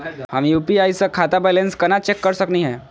हम यू.पी.आई स खाता बैलेंस कना चेक कर सकनी हे?